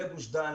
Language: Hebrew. לגוש דן,